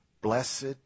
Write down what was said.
Blessed